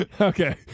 Okay